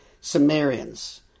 Sumerians